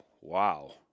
wow